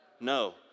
No